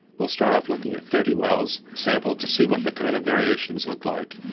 we'll start off looking at thirty wells, sampled to see what the kind of variations look like,